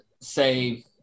say –